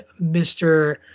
Mr